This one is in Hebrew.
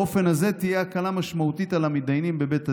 באופן הזה תהיה הקלה משמעותית על המתדיינים בבית הדין,